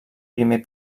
primer